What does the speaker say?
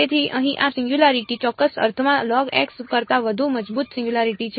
તેથી અહીં આ સિંગયુંલારીટી ચોક્કસ અર્થમાં કરતાં વધુ મજબૂત સિંગયુંલારીટી છે